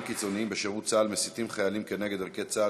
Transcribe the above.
קיצוניים בשירות צה"ל מסיתים חיילים נגד ערכי צה"ל,